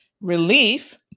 relief